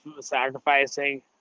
sacrificing